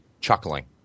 chuckling